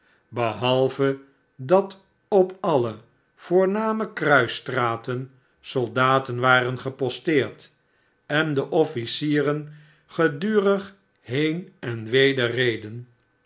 behalve dat op alle voorname kruisstraten soldaten waren geposteerd en de officierer gedurig heen en weder reden